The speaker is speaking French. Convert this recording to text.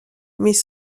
mais